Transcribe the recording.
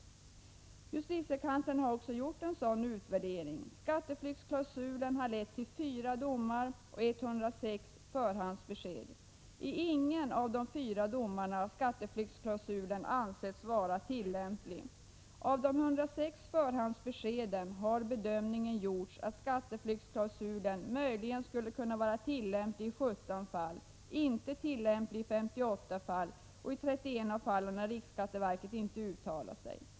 Justitiekanslern har också gjort en sådan utvärdering. Skatteflyktsklausulen har lett till fyra domar och 106 förhandsbesked. I ingen av de fyra domarna har skatteflyktsklausulen ansetts vara tillämplig. När det gäller de 106 förhandsbeskeden har bedömningen gjorts att skatteflyktsklausulen möjligen skulle vara tillämplig i 17 av fallen, inte tillämpbar i 58 av fallen, och i31 fall har riksskatteverket inte uttalat sig.